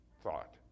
thought